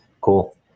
Cool